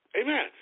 Amen